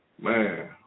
Man